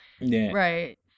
right